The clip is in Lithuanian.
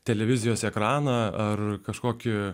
televizijos ekraną ar kažkokį